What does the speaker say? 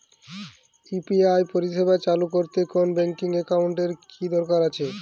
UPI পরিষেবা চালু করতে কোন ব্যকিং একাউন্ট এর কি দরকার আছে?